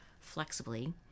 flexibly